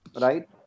right